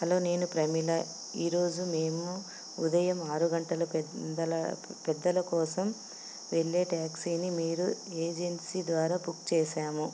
hello నేను ప్రమీల ఈరోజు మేము ఉదయం ఆరు గంటల పెద్దల పెద్దల కోసం వెళ్ళే ట్యాక్సీని మీరు ఏజెన్సీ ద్వారా బుక్ చేసాము